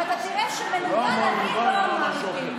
ואתה תראה שמנוול אני לא אמרתי.